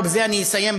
ובזה אני אסיים,